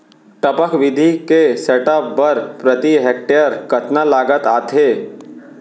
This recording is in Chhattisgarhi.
टपक विधि के सेटअप बर प्रति हेक्टेयर कतना लागत आथे?